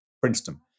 Princeton